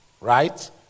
right